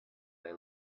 they